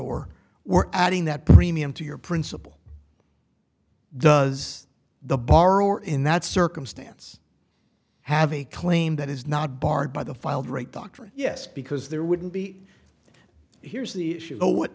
er we're adding that premium to your principal does the borrower in that circumstance have a claim that is not barred by the filed rate doctrine yes because there wouldn't be here's the issue though what